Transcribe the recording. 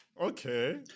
Okay